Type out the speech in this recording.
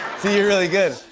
see you're really good.